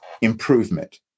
improvement